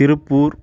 Tiruppur